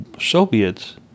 soviets